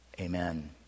amen